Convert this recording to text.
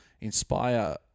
inspire